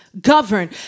govern